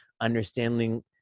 understanding